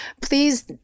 please